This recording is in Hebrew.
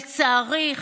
לצערי,